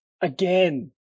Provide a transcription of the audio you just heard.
Again